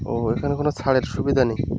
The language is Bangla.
ও এখানে কোনো ছাড়ের সুবিধা নেই